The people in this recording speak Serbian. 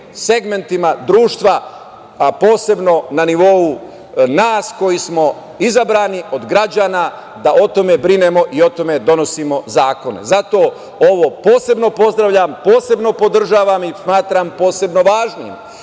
segmentima društva, a posebno na nivou nas koji smo izabrani od građana da o tome brinemo i o tome donosimo zakone. Zato ovo posebno pozdravljam, posebno podržavam i smatram posebno važnim,